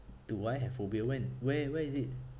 do I have phobia when where where is it